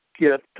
Get